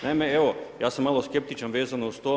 Naime, evo, ja sam malo skeptičan vezano uz to.